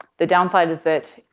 the downside is that,